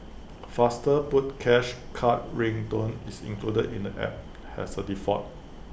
faster put cash card ring tone is included in the app has A default